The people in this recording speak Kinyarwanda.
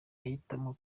yahitamo